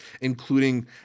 including